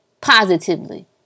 positively